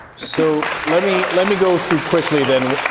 so let me let me go through quickly then